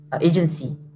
agency